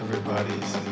Everybody's